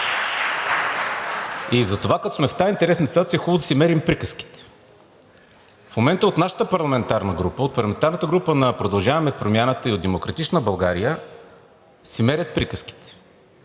И затова, като сме в тази интересна ситуация, е хубаво да си мерим приказките. В момента от нашата парламентарна група, от парламентарната група на „Продължаваме Промяната“ и от „Демократична България“ си мерят приказките,